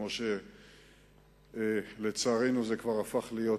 כמו שלצערנו כבר הפך להיות